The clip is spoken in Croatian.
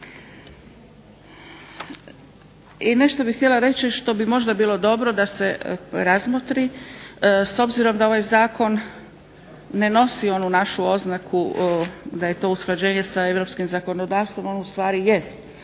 I nešto bih htjela reći što bi možda bilo dobro da se razmotri s obzirom da ovaj zakon ne nosi onu našu oznaku da je to usklađenje sa europskim zakonodavstvom, a on u stvari jest